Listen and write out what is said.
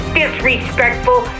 disrespectful